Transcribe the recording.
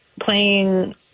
playing